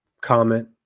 comment